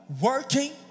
Working